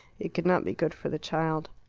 it could not be good for the child.